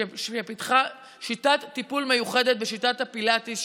שפיתחה טיפול מיוחד בשיטת הפילאטיס,